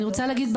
אני רוצה להגיד,